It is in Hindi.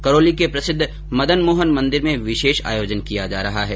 करौली के प्रसिद्ध मदनमोहन मन्दिर में विशेष आयोजन किया जा रहा है